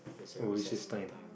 oh recess time